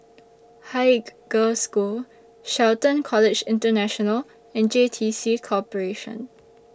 Haig Girls' School Shelton College International and J T C Corporation